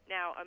Now